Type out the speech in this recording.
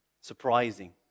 Surprising